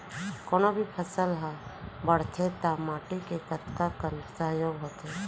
कोनो भी फसल हा बड़थे ता माटी के कतका कन सहयोग होथे?